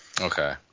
Okay